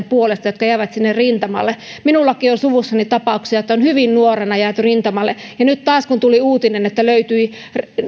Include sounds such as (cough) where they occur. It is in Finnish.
(unintelligible) puolesta jotka jäivät sinne rintamalle minullakin on suvussani tapauksia että on hyvin nuorena jääty rintamalle ja nyt taas kun tuli uutinen että löytyi